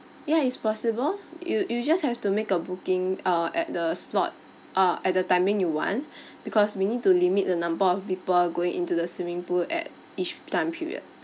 ya is possible you you just have to make a booking err at the slot err at the timing you want because we need to limit the number of people going into the swimming pool at each time period